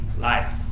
life